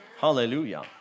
Hallelujah